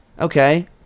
okay